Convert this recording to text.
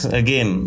again